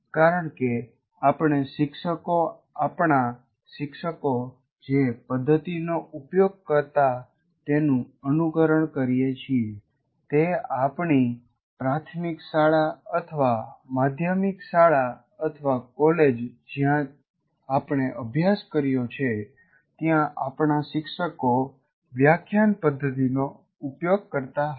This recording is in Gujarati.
કારણ કે આપણે શિક્ષકો આપણા શિક્ષકો જે પદ્ધતિ નો ઉપયોગ કરતા તેનું અનુકરણ કરીએ છીએ તે આપણી પ્રાથમિક શાળા અથવા માધ્યમિક શાળા અથવા કોલેજ જ્યાં આપણે અભ્યાસ કર્યો છે ત્યાં આપણા શિક્ષકો વ્યાખ્યાન પદ્ધતિનો ઉપયોગ કરતા હતા